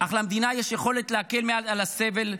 אך למדינה יש יכולת להקל מעט על הסבל,